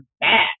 bad